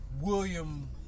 William